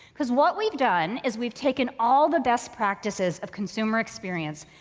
cuz what we've done is we've taken all the best practices of consumer experience,